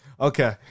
Okay